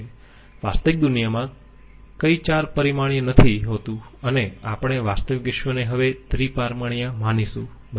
વાસ્તવિક દુનિયામાં કઈ 4 પરિમાણીય નથી હોતું અને આપણે વાસ્તવિક વિશ્વને હવે ત્રિ પરિમાણીય માનીશું બરાબર